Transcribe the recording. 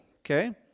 Okay